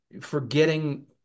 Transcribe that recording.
forgetting